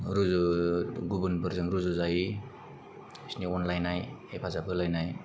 रुजु गुबुनफोरजों रुजु जायै बिसोरनि अनलायनाय हेफाजाब होलायनाय